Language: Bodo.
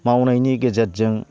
मावनायनि गेजेरजों